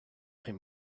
him